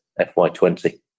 FY20